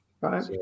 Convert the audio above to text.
Right